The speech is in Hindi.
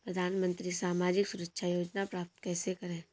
प्रधानमंत्री सामाजिक सुरक्षा योजना प्राप्त कैसे करें?